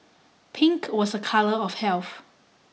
pink was a colour of health